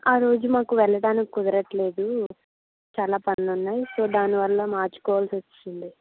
ఆ రోజు మాకు వెళ్ళడానికి కుదరట్లేదు చాలా పనులున్నాయి సో దానివల్ల మార్చుకోవాల్సి వచ్చింది